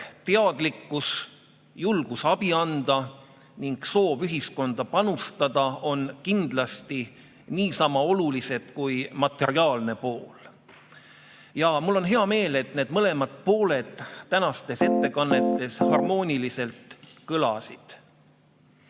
teadlikkus, julgus abi anda ning soov ühiskonda panustada on kindlasti niisama olulised kui materiaalne pool. Ja mul on hea meel, et need mõlemad pooled tänastes ettekannetes harmooniliselt kõlasid.